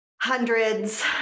hundreds